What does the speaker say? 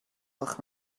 gwelwch